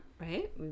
right